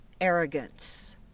arrogance